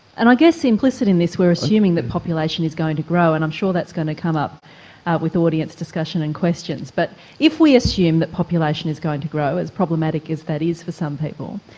and i guess implicit in this we're assuming that population is going to grow and i'm sure that's going to come up with audience discussion and questions but if we assume that population is going to grow, as problematic as that is for some people,